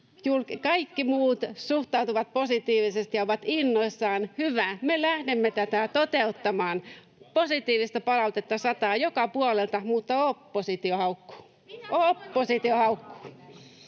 kaikki muut suhtautuvat positiivisesti ja ovat innoissaan: hyvä, me lähdemme tätä toteuttamaan. Positiivista palautetta sataa joka puolelta, mutta oppositio haukkuu — oppositio haukkuu.